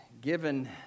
given